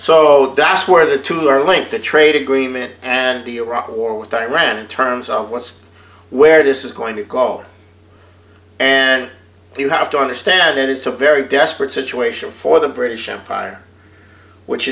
so that's where the two are linked to trade agreement and iraq war with iran in terms of what's where this is going to go and you have to understand it is a very desperate situation for the british empire which